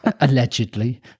Allegedly